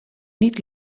niet